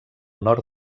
nord